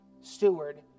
steward